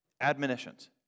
admonitions